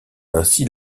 ainsi